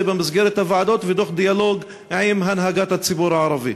במסגרת הוועדות ותוך דיאלוג עם הנהגת הציבור הערבי.